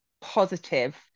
positive